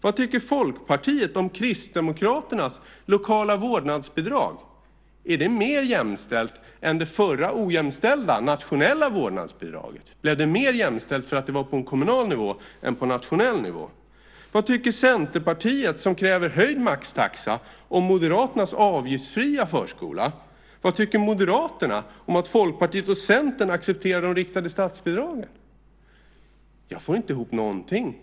Vad tycker Folkpartiet om Kristdemokraternas lokala vårdnadsbidrag? Är det mer jämställt än det förra ojämställda nationella vårdnadsbidraget? Blev det mer jämställt för att det var på kommunal nivå än på nationell nivå? Vad tycker Centerpartiet som kräver höjd maxtaxa om Moderaternas avgiftsfria förskola? Vad tycker Moderaterna om att Folkpartiet och Centern accepterar de riktade statsbidragen? Jag får inte ihop någonting.